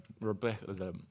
Rebecca